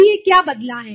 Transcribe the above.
अब यह क्या बदला है